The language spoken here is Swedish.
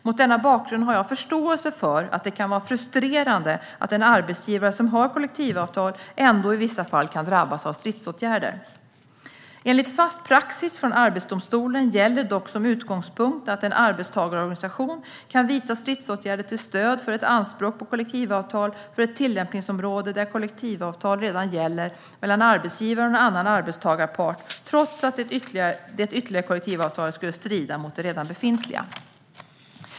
Mot denna bakgrund har jag förståelse för att det kan vara frustrerande att en arbetsgivare som har kollektivavtal ändå i vissa fall kan drabbas av stridsåtgärder. Enligt fast praxis från Arbetsdomstolen gäller dock som utgångspunkt att en arbetstagarorganisation kan vidta stridsåtgärder till stöd för ett anspråk på kollektivavtal för ett tillämpningsområde där kollektivavtal redan gäller mellan arbetsgivaren och en annan arbetstagarpart, trots att det ytterligare kollektivavtalet skulle strida mot det redan befintliga.